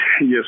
yes